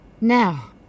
Now